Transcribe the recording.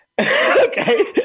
okay